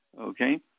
okay